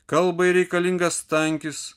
kalbai reikalingas tankis